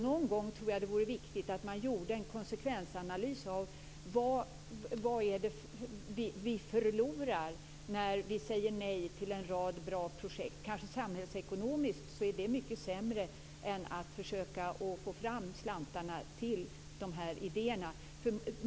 Någon gång skulle det vara viktigt att göra en konsekvensanalys av vad vi förlorar när vi säger nej till en rad bra projekt. Samhällsekonomiskt är det sämre än att försöka få fram slantarna till idéerna.